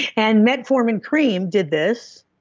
and metformin cream did this.